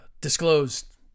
disclosed